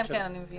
כן, אני מבינה.